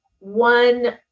one